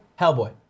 Hellboy